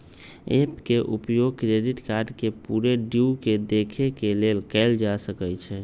app के उपयोग credit card के पूरे ड्यू के देखे के लेल कएल जा सकइ छै